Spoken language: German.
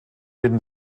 den